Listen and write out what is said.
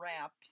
Wraps